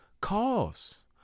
cause